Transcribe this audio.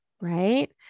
right